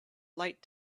light